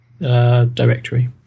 Directory